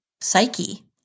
psyche